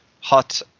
hot